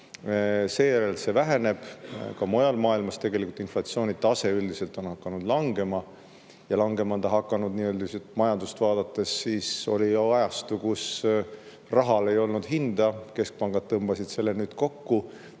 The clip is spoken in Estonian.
Seejärel see langeb, ka mujal maailmas tegelikult on inflatsioonitase üldiselt hakanud langema. Kui üldiselt majandust vaadata, siis oli ju ajastu, kus rahal ei olnud hinda, keskpangad tõmbasid selle nüüd kokku,